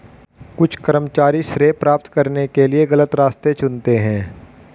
कुछ कर्मचारी श्रेय प्राप्त करने के लिए गलत रास्ते चुनते हैं